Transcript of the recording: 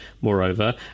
moreover